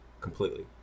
completely